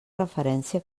referència